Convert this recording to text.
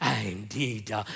indeed